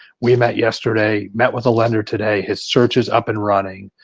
we met yesterday, met with a lender today, his search is up and running,